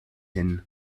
hin